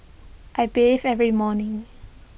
I bathe every morning